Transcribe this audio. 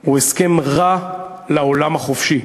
הוא הסכם רע לעולם החופשי.